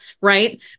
right